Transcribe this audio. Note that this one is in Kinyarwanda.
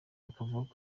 akavuga